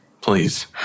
please